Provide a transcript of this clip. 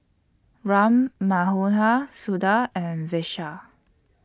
Ram Manohar Suda and Vishal